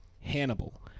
Hannibal